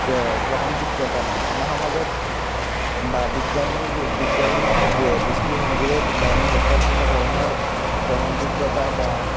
গ্ৰহণয্যোগ্যতা নাই আমাৰ সমাজত বা বিজ্ঞানী বৈজ্ঞানিক দৃষ্টিভংগীৰে ডাইনী হত্যাৰ কোনো ধৰণৰ গ্ৰহণযোগ্যতা বা